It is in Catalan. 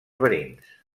verins